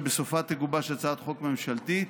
שבסופה תגובש הצעת חוק ממשלתית,